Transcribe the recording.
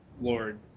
Lord